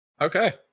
Okay